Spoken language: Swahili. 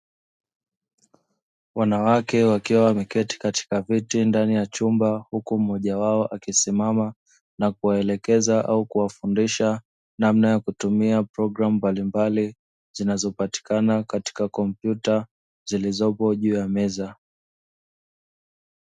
Wanawake wakiwa wameketi katika viti ndani ya chumba, huku mmoja wao akisimama na kuelekeza au kuwafundisha namna ya kutumia programu mbalimbali zinazopatikana katika kompyuta zilizopo juu ya meza.